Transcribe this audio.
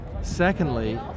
Secondly